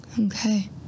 okay